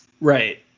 Right